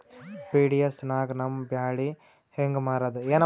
PDS ನಾಗ ನಮ್ಮ ಬ್ಯಾಳಿ ಹೆಂಗ ಮಾರದ?